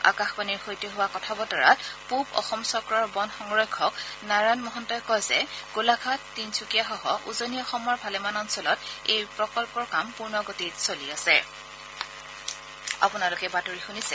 আকাশবাণীৰ সৈতে হোৱা কথা বতৰাত পূব অসম চক্ৰৰ বন সংৰক্ষক নাৰায়ণ মহন্তই কয় যে গোলাঘাট তিনিচুকীয়াসহ উজনি অসমৰ ভালেমান অঞ্চলত এই প্ৰকল্পৰ কাম পূৰ্ণ গতিত চলি আছে